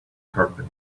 carpet